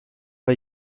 pas